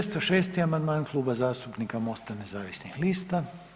206. amandman Kluba zastupnika MOST-a nezavisnih lista.